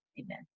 Amen